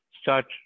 start